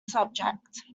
subject